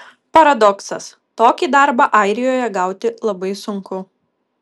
paradoksas tokį darbą airijoje gauti labai sunku